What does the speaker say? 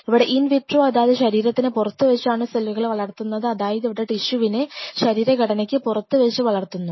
ഇവിടെ ഇൻവിട്രോ അതായത് ശരീരത്തിന് പുറത്ത് വെച്ചാണ് സെല്ലുകളെ വളർത്തുന്നത് അതായത് ഇവിടെ ടിഷ്യുവിനെ ശരീരം ഘടനയ്ക്ക് പുറത്ത് വെച്ച് വളർത്തുന്നു